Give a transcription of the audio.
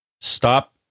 stop